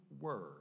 word